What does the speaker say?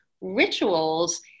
rituals